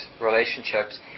relationships